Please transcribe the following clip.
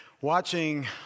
watching